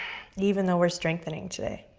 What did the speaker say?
even though we're strengthening today.